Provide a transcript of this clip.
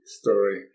story